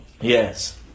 Yes